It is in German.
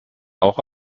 auch